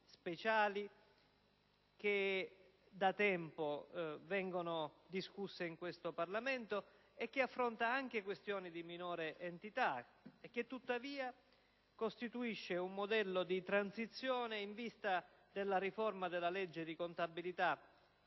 speciali che da tempo vengono discusse in questo Parlamento e che affronta anche questioni di minore entità e che tuttavia costituisce un modello di transizione in vista della riforma della legge di contabilità